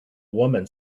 woman